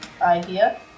idea